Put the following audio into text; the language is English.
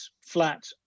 flat